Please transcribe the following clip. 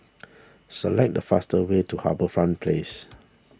select the fastest way to HarbourFront Place